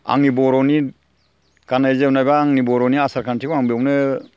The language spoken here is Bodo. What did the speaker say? आंनि बर'नि गाननाय जोमनाय एबा आंनि बर'नि आसार खान्थिखौ आं बेवनो